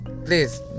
please